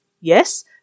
Yes